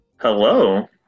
hello